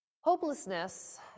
Hopelessness